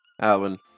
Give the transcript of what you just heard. Alan